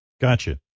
Gotcha